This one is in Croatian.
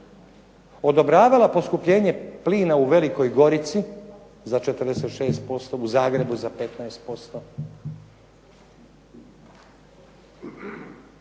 odobravala poskupljenje plina u Velikoj Gorici za 46%, u Zagrebu za 15%.